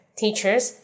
teacher's